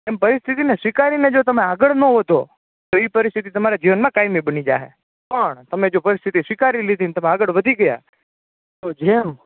એમ પરિસ્થિતિને સ્વીકારીને જો તમે આગળ ના વધો તો એ પરિસ્થિતિ તમારે જીવનમાં કાયમી બની જશે પણ તમે જો પરિસ્થિતિ સ્વીકારી લીધી અને તમે આગળ વધી ગયા તો જેમ